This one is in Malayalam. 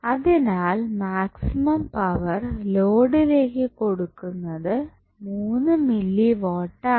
അതിനാൽ മാക്സിമം പവർ ലോഡിലേക്ക് കൊടുക്കുന്നത് മൂന്ന് മില്ലി വാട്ട് ആണ്